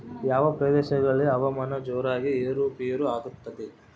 ಯಾವ ಪ್ರದೇಶಗಳಲ್ಲಿ ಹವಾಮಾನ ಜೋರಾಗಿ ಏರು ಪೇರು ಆಗ್ತದೆ?